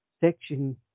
section